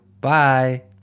Bye